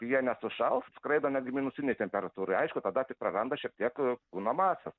jie nesušals skraido netgi minusinėj temperatūroj aišku tada tik praranda šiek tiek kūno masės